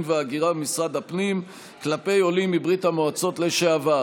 וההגירה במשרד הפנים כלפי עולים מברית המועצות לשעבר.